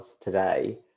today